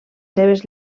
seves